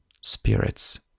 spirits